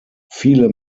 viele